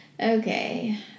Okay